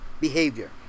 behavior